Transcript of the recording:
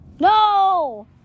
No